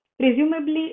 Presumably